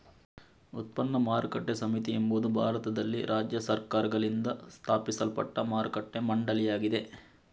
ಉತ್ಪನ್ನ ಮಾರುಕಟ್ಟೆ ಸಮಿತಿ ಎಂಬುದು ಭಾರತದಲ್ಲಿ ರಾಜ್ಯ ಸರ್ಕಾರಗಳಿಂದ ಸ್ಥಾಪಿಸಲ್ಪಟ್ಟ ಮಾರುಕಟ್ಟೆ ಮಂಡಳಿಯಾಗಿದೆ